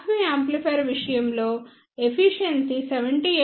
class B amplifier efficiency 78